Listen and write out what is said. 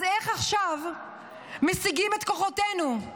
אז איך עכשיו משיגים את כוחותינו?